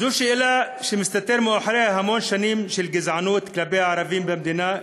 זו שאלה שמסתתרות מאחוריה המון שנים של גזענות כלפי הערבים במדינה,